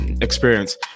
experience